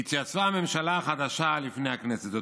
"התייצבה הממשלה החדשה לפני הכנסת".